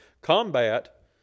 combat